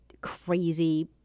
crazy